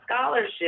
scholarship